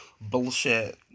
bullshit